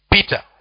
Peter